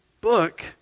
book